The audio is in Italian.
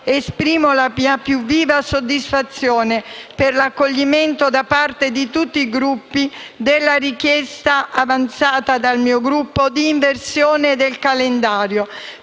esprimo la mia più viva soddisfazione per l'accoglimento da parte di tutti i Gruppi della richiesta, avanzata dal mio Gruppo, di inversione del calendario,